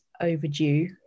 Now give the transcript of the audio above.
overdue